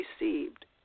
received